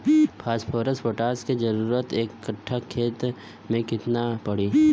Phosphorus potash के जरूरत एक कट्ठा खेत मे केतना पड़ी?